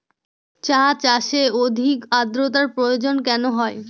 চা চাষে অধিক আদ্রর্তার প্রয়োজন কেন হয়?